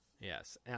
Yes